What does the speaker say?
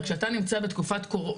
הרי כשאתה נמצא בתקופת קורונה,